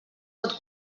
pot